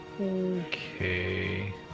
Okay